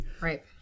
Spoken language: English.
Right